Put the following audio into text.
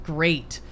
Great